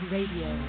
Radio